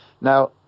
Now